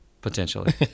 Potentially